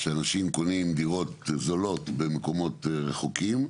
שאנשים קונים דירות זולות במקומות רחוקים,